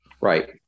Right